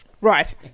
Right